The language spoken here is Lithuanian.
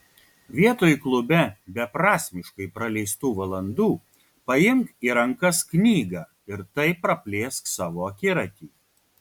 vietoj klube beprasmiškai praleistų valandų paimk į rankas knygą ir taip praplėsk savo akiratį